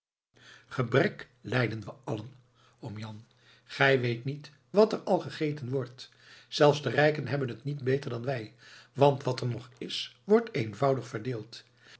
gebrek lijden we allen oom jan gij weet niet wat er al gegeten wordt zelfs de rijken hebben het niet beter dan wij want wat er nog is wordt eenvoudig verdeeld